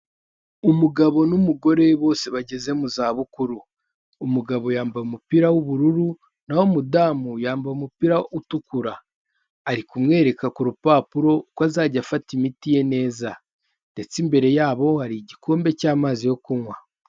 Umugabo n'umugore bose bageze mu zabukuru, umugabo yambaye umupira w'ubururu naho umudamu yambaye umupira utukura, ari kumwereka ku rupapuro uko azajya afata imiti ye neza ndetse imbere yabo hari igikombe cy'amazi yo kunywa.